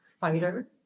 fighter